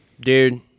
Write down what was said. Dude